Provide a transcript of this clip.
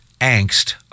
angst